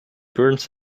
burns